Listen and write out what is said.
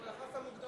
לחצת מוקדם.